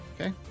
Okay